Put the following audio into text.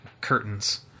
curtains